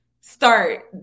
start